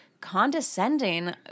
condescending